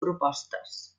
propostes